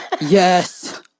Yes